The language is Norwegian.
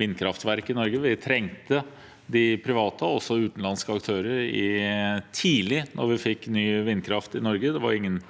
vindkraftverk i Norge. Vi trengte de private aktørene, og også utenlandske aktører, tidlig da vi fikk ny vindkraft i Norge. Det var ingen